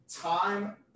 time